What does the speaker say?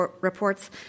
reports